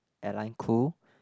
airline crew